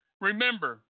Remember